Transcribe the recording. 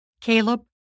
Caleb